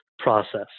process